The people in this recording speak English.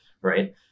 right